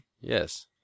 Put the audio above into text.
Yes